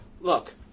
Look